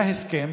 היה הסכם